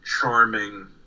charming